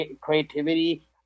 creativity